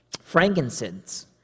Frankincense